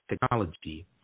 technology